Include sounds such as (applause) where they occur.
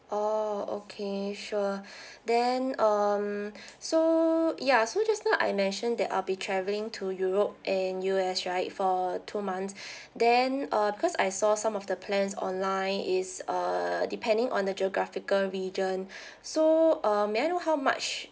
oh okay sure (breath) then um (breath) so ya so just now I mention that I'll be travelling to europe and U_S right for two months (breath) then uh because I saw some of the plans online is uh depending on the geographical region (breath) so um may I know how much